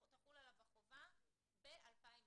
תחול עליו החובה ב-2021.